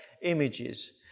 images